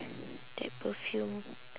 that perfume